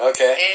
Okay